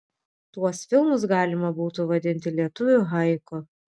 tuos filmus galima būtų vadinti lietuvių haiku